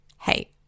Hey